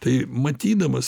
tai matydamas